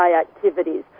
activities